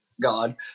God